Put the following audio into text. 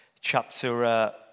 chapter